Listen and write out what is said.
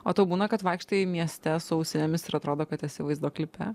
o tau būna kad vaikštai mieste su ausinėmis ir atrodo kad esi vaizdo klipe